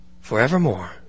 forevermore